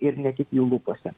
ir ne tik jų lūpose